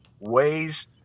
ways